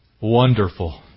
Wonderful